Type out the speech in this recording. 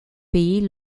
pays